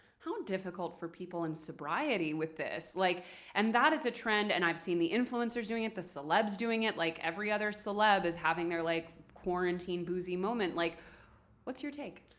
how difficult for people in sobriety with this. like and and that is a trend, and i've seen the influencers doing it, the celebs doing it. like every other celeb is having their like quarantine boozy moment. like what's your take?